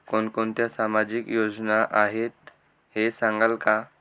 कोणकोणत्या सामाजिक योजना आहेत हे सांगाल का?